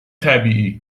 طبیعی